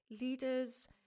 leaders